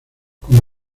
como